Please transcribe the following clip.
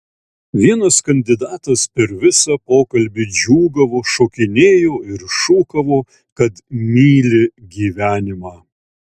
vienas kandidatas per visą pokalbį džiūgavo šokinėjo ir šūkavo kad myli gyvenimą